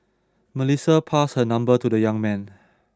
Melissa passed her number to the young man